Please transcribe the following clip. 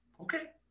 Okay